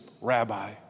rabbi